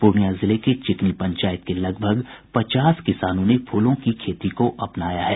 पूर्णिया जिले के चिकनी पंचायत के लगभग पचास किसानों ने फूलों की खेती को अपनाया है